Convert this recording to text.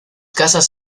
casas